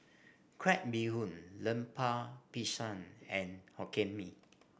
Crab Bee Hoon Lemper Pisang and Hokkien Mee